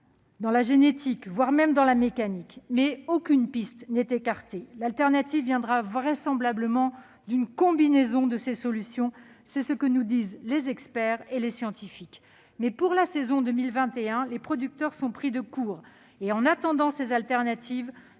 la génétique, voire la mécanique. Aucune piste n'est écartée. L'alternative viendra vraisemblablement d'une combinaison de ces solutions. C'est ce que nous disent les experts et les scientifiques. Mais, pour la saison 2021, les producteurs sont pris de court. En attendant les alternatives,